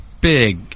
big